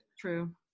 True